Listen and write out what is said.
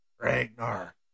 Ragnar